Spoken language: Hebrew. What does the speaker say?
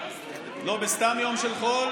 לא בסתם יום של חול